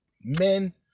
Men